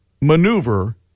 maneuver